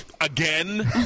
again